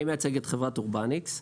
אני מייצג את חברת אורבניקס.